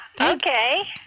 okay